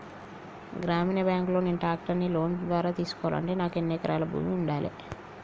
గ్రామీణ బ్యాంక్ లో నేను ట్రాక్టర్ను లోన్ ద్వారా తీసుకోవాలంటే నాకు ఎన్ని ఎకరాల భూమి ఉండాలే?